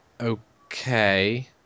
okay